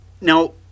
Now